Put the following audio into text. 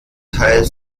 teil